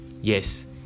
Yes